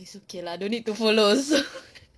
it's okay lah don't need to follow also